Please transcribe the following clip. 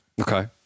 Okay